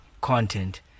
content